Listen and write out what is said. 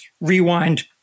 Rewind